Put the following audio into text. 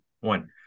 one